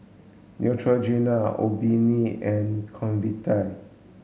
Neutrogena Obimin and Convatec